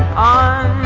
on